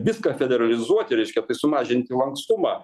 viską fedaralizuoti reiškia tai sumažinti lankstumą